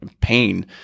pain